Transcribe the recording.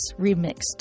Remixed